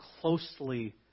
closely